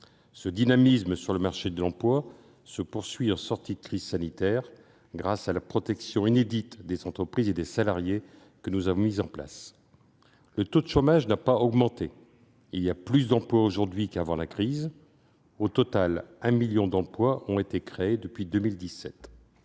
Ce dynamisme sur le marché de l'emploi se poursuit en sortie de crise sanitaire grâce à la protection inédite des entreprises et des salariés que nous avons mise en place. Le taux de chômage n'a pas augmenté. Il y a plus d'emplois aujourd'hui qu'avant la crise. Au total, un million d'emplois ont été créés depuis 2017.